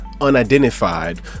Unidentified